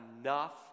enough